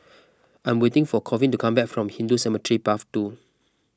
I am waiting for Colvin to come back from Hindu Cemetery Path two